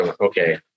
okay